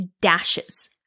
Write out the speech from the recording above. dashes